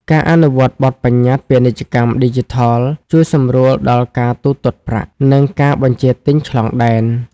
ការអនុវត្តបទបញ្ញត្តិពាណិជ្ជកម្មឌីជីថល ជួយសម្រួលដល់ការទូទាត់ប្រាក់ និងការបញ្ជាទិញឆ្លងដែន។